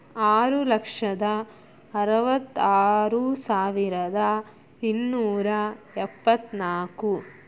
ಆರು ಲಕ್ಷದ ಅರವತ್ತಾರು ಸಾವಿರದ ಇನ್ನೂರ ಎಪ್ಪತ್ತ್ನಾಲ್ಕು